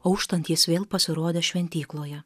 auštant jis vėl pasirodė šventykloje